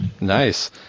Nice